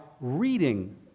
reading